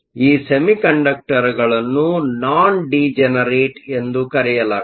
ಈ ಸೆಮಿಕಂಡಕ್ಟರ್ಗಳನ್ನು non degenerate ಎಂದು ಕರೆಯಲಾಗುತ್ತದೆ